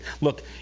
Look